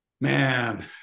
man